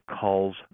calls